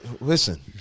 Listen